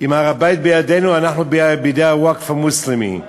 אם הר-הבית בידינו או אנחנו בידי הווקף המוסלמי.